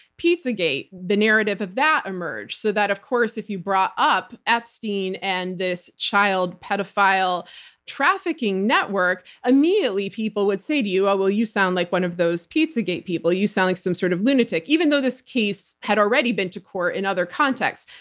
pizzagate, the narrative of that emerged. so that, of course, if you brought up epstein and this child pedophile trafficking network, immediately people would say to you, oh, well you sound like one of those pizzagate people. you sound like some sort of lunatic, even though this case had already been to court in other contexts.